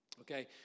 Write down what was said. Okay